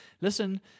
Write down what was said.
listen